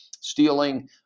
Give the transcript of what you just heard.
stealing